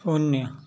शून्य